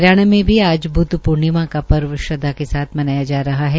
हरियाणा में भी आज बदव पूर्णिमा का पर्व श्रदवा के साथ मनाया जा रहा है